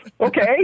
Okay